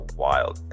wild